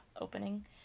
opening